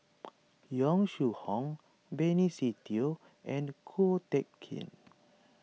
Yong Shu Hoong Benny Se Teo and Ko Teck Kin